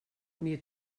mir